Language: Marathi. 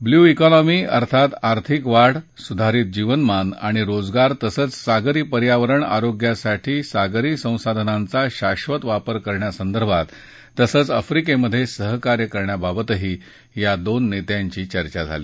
ब्लू क्कॉनॉमी अर्थात आर्थिक वाढ सुधारित जीवनमान आणि रोजगार तसंच सागरी पर्यावरण आरोग्यासाठी सागरी संसाधनांचा शाधत वापर करण्यासंदर्भात तसंच आफ्रिकेत सहकार्य करण्याबाबतही या दोन नेत्यांची चर्चा झाली